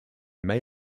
may